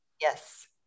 Yes